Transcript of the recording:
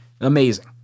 Amazing